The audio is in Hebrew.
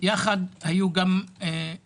יחיד זכאי ל-6,000